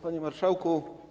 Panie Marszałku!